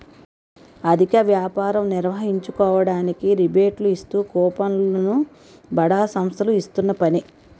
అధిక వ్యాపారం నిర్వహించుకోవడానికి రిబేట్లు ఇస్తూ కూపన్లు ను బడా సంస్థలు చేస్తున్న పని